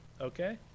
Okay